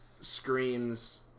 screams